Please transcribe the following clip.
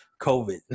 COVID